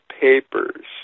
papers